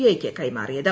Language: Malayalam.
ഐയ്ക്ക് കൈമാറിയത്